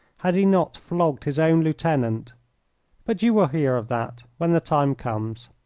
had he not flogged his own lieutenant but you will hear of that when the time comes.